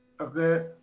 Okay